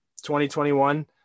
2021